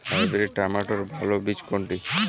Hybrid টমেটোর ভালো বীজ কোনটি?